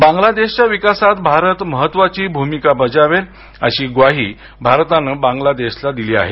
बांगलादेशच्या विकासात भारत महत्वाची भूमिका बजावेल अशी ग्वाही भारतान बांगला देशाला दिली आहे